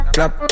Clap